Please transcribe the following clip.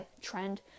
trend